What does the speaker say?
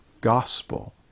gospel